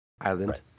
Island